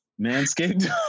Manscaped